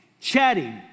chatting